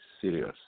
serious